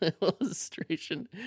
illustration